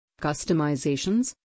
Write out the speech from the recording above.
customizations